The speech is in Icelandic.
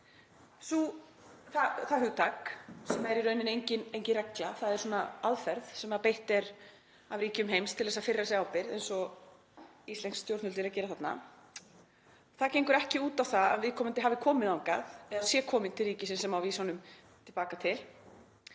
Það hugtak, sem er í rauninni engin regla heldur aðferð sem beitt er af ríkjum heims til að firra sig ábyrgð eins og íslensk stjórnvöld eru að gera þarna, gengur ekki út á það að viðkomandi hafi komið þangað eða sé kominn til ríkisins sem á að vísa honum til baka til.